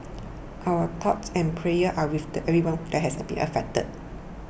our thoughts and prayers are with everyone that has been affected